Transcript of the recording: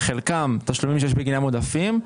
חלקם תשלומים שיש בגינם עודפים,